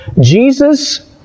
Jesus